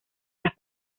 las